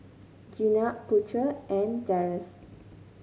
Jenab Putera and Deris